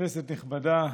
כנסת נכבדה,